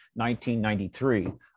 1993